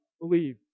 believe